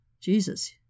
Jesus